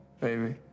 Baby